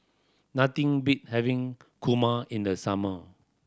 nothing beat having kurma in the summer